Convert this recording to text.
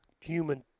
human